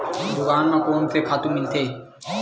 दुकान म कोन से खातु मिलथे?